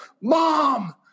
Mom